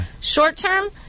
short-term